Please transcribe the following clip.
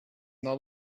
not